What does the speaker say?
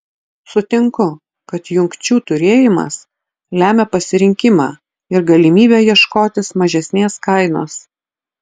sutinku kad jungčių turėjimas lemia pasirinkimą ir galimybę ieškotis mažesnės kainos